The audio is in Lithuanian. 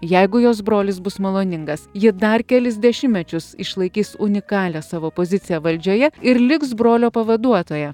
jeigu jos brolis bus maloningas ji dar kelis dešimtmečius išlaikys unikalią savo poziciją valdžioje ir liks brolio pavaduotoja